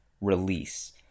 release